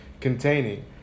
containing